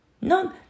No